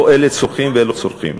לא אלה צורחים ולא צורחים,